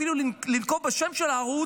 אפילו לנקוב בשם של הערוץ,